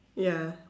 ya